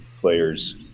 players